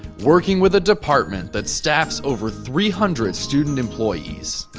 working with a department that staffs over three hundred student employees.